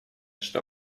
что